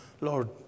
Lord